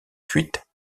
fuite